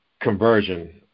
conversion